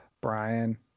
Brian